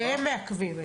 זה הם מעכבים את זה.